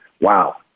wow